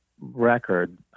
record